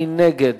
מי נגד?